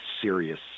serious